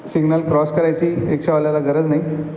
signal cross करायची रिक्षावाल्याला गरज नाही